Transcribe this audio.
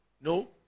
no